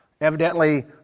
Evidently